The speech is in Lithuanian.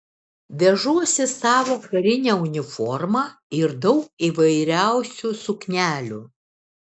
vežuosi savo karinę uniformą ir daug įvairiausių suknelių